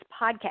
podcast